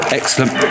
Excellent